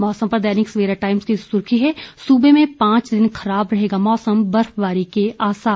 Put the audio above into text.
मौसम पर दैनिक सवेरा टाइम्स की सुर्खी है सूबे में पांच दिन खराब रहेगा मौसम बर्फबारी के आसार